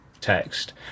text